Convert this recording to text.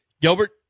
Gilbert